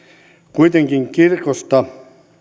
kuitenkin kirkosta